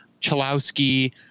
Chalowski